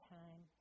time